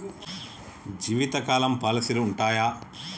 జీవితకాలం పాలసీలు ఉంటయా?